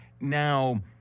Now